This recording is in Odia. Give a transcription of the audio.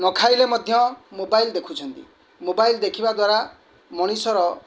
ନ ଖାଇଲେ ମଧ୍ୟ ମୋବାଇଲ୍ ଦେଖୁଛନ୍ତି ମୋବାଇଲ୍ ଦେଖିବା ଦ୍ୱାରା ମଣିଷର